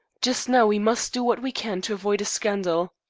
just now we must do what we can to avoid a scandal.